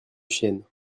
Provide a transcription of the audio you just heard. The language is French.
chiennes